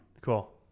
Cool